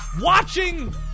watching